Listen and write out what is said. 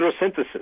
Photosynthesis